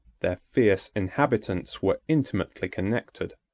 their fierce inhabitants were intimately connected.